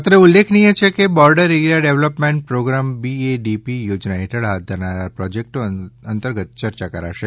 અત્રે ઉલ્લખનીય છે કે border area development programme BADP યોજના હેઠળ હાથ ધરાનાર પ્રોજેકટો અતંર્ગત ચર્ચા કરાશે